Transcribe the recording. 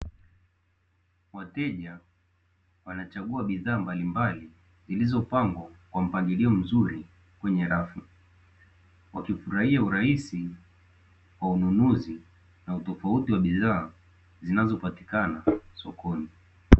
Wateja wanachagua bidhaa mbalimbali zilizopangwa kwa mpangilio mzuri kwenye rafu, wakifurahia urahisi wa ununuzi na utofauti wa bidhaa sokoni.